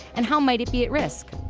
and how might it be at risk?